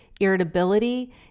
irritability